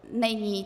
Není.